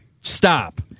Stop